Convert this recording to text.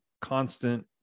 constant